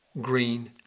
Green